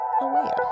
aware